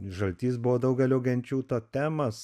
žaltys buvo daugelio genčių totemas